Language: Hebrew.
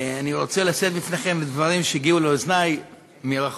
אני רוצה לשאת בפניכם דברים שהגיעו לאוזני מרחוק,